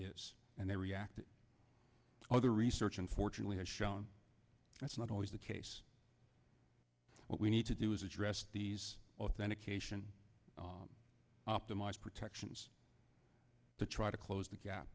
is and they react other research unfortunately has shown that's not always the case what we need to do is address these authentication optimize protections to try to close the gap